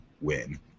win